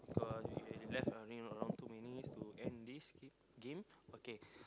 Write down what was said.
cause left a only around two minutes to end this okay game okay